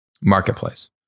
marketplace